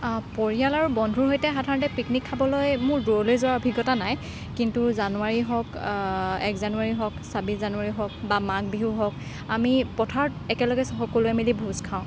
পৰিয়াল আৰু বন্ধুৰ সৈতে সাধাৰণতে পিকনিক খাবলৈ মোৰ দূৰলৈ যোৱাৰ অভিজ্ঞতা নাই কিন্তু জানুৱাৰী হওক এক জানুৱাৰী হওক ছাব্বিছ জানুৱাৰী হওক বা মাঘ বিহু হওক আমি পথাৰত একেলগে সকলোৱে মিলি ভোজ খাওঁ